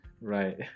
Right